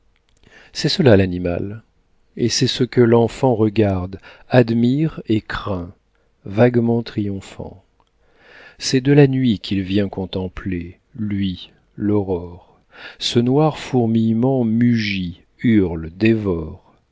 c'est cela l'animal et c'est ce que l'enfant regarde admire et craint vaguement triomphant c'est de la nuit qu'il vient contempler lui l'aurore ce noir fourmillement mugit hurle dévore